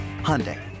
Hyundai